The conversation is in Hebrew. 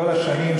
כל השנים,